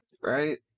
Right